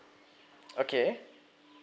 okay